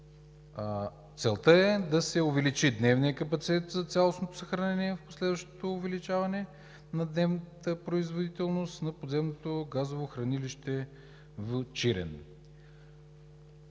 целта е да се увеличи дневният капацитет за цялостното съхранение в последващото увеличаване на дневната производителност на подземното газово хранилище в Чирен.